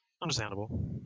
understandable